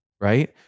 right